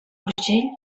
urgell